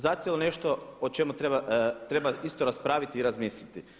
Zacijelo nešto o čemu treba isto raspraviti i razmisliti.